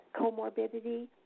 comorbidity